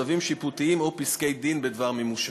צווים שיפוטיים או פסקי-דין בדבר מימושם,